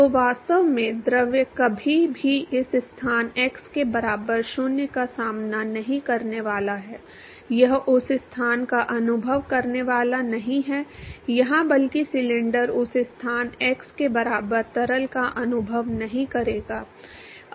तो वास्तव में द्रव कभी भी इस स्थान x के बराबर 0 का सामना नहीं करने वाला है यह उस स्थान का अनुभव करने वाला नहीं है या बल्कि सिलेंडर उस स्थान x के बराबर तरल का अनुभव नहीं करेगा